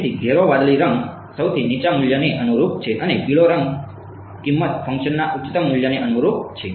તેથી ઘેરો વાદળી રંગ સૌથી નીચા મૂલ્યને અનુરૂપ છે અને પીળો રંગ કિંમત ફંક્શનના ઉચ્ચતમ મૂલ્યને અનુરૂપ છે